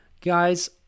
Guys